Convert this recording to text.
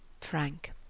Frank